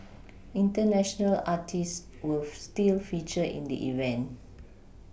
international artists will still feature in the event